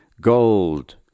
gold